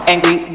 Angry